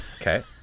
Okay